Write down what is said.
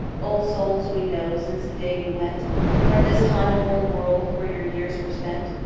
o souls we know, since the day you went from this time-worn world, where your years were spent?